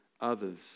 others